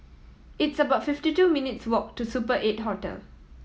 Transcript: it's about fifty two minutes' walk to Super Eight Hotel